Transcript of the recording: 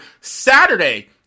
Saturday